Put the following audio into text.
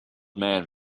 man